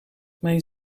mijn